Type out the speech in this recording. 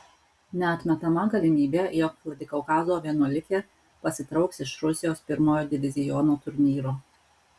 neatmetama galimybė jog vladikaukazo vienuolikė pasitrauks iš rusijos pirmojo diviziono turnyro